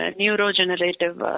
neurogenerative